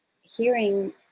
hearing